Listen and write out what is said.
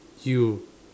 you